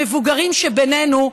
המבוגרים שבינינו,